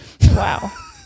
Wow